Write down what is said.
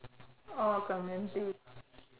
oh Clementi